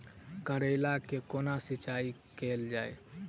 करैला केँ कोना सिचाई कैल जाइ?